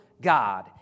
God